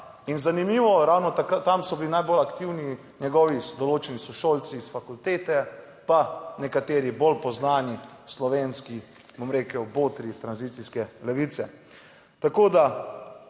in zanimivo, ravno tam so bili najbolj aktivni njegovi določeni sošolci s fakultete, pa nekateri bolj poznani slovenski, bom rekel botri tranzicijske levice.